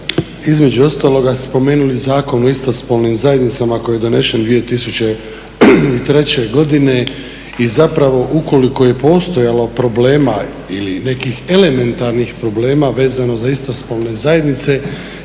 između ostaloga spomenuli Zakon o istospolnim zajednicama koji je donesen 2003. godine i zapravo ukoliko je postojalo problema ili nekih elementarnih problema vezano za istospolne zajednice,